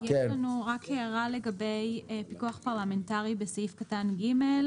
יש לנו רק הערה לגבי פיקוח פרלמנטרי בסעיף קטן ג',